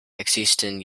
existen